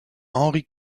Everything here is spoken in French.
henri